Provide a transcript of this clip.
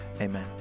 amen